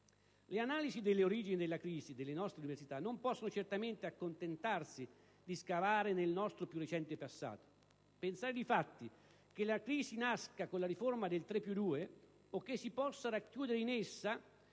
Le analisi delle origini della crisi delle nostre università non possono certamente accontentarsi di scavare nel nostro più recente passato. Pensare, difatti, che la crisi nasca con la riforma del «3 più 2» o che si possa racchiudere in essa